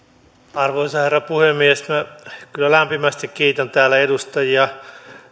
arvoisa herra puhemies minä kyllä lämpimästi kiitän edustajia